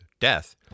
death